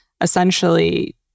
essentially